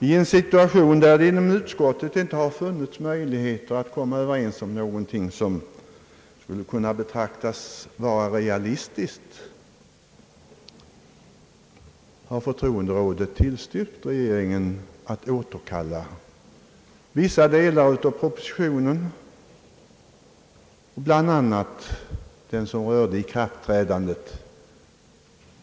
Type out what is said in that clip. I en situation, där det inom utskottet inte funnits möjlighet att komma överens om ett realistiskt förslag, har förtroenderådet tillstyrkt att regeringen återkallar vissa delar av propositionen, bl.a. den som rör ikraftträdandet.